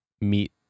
meet